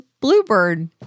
bluebird